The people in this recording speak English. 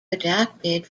adapted